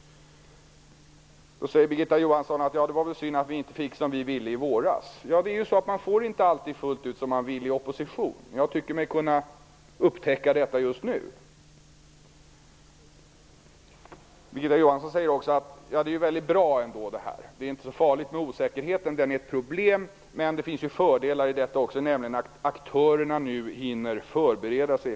Birgitta Johansson säger att det var synd att de inte fick som de ville i våras. Man får inte alltid helt som man vill när man sitter i opposition. Jag tycker mig kunna upptäcka detta just nu. Birgitta Johansson säger att detta förslag är mycket bra. Det är inte så farligt med osäkerheten. Den är ett problem, men det finns också fördelar, nämligen att aktörerna hinner förbereda sig.